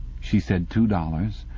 she said two dollars.